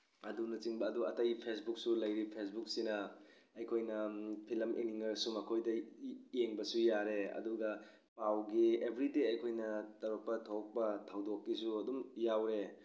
ꯑꯗꯨꯅꯆꯤꯡꯕ ꯑꯗꯨ ꯑꯇꯩ ꯐꯦꯁꯕꯨꯛꯁꯨ ꯂꯩꯔꯤ ꯐꯦꯁꯕꯨꯛꯁꯤꯅ ꯑꯩꯈꯣꯏꯅ ꯐꯤꯂꯝ ꯌꯦꯡꯅꯤꯡꯉꯒꯁꯨ ꯃꯈꯣꯏꯗ ꯌꯦꯡꯕꯁꯨ ꯌꯥꯔꯦ ꯑꯗꯨꯒ ꯄꯥꯎꯒꯤ ꯑꯦꯕ꯭ꯔꯤꯗꯦ ꯑꯩꯈꯣꯏꯅ ꯇꯧꯔꯛꯄ ꯊꯣꯛꯄ ꯊꯧꯗꯣꯛꯀꯤꯁꯨ ꯑꯗꯨꯝ ꯌꯥꯎꯔꯦ